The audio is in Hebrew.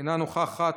אינה נוכחת.